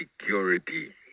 security